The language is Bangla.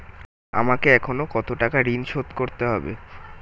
আমাকে এখনো কত টাকা ঋণ শোধ করতে হবে?